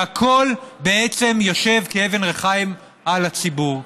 הכול בעצם יושב כאבן ריחיים על הציבור,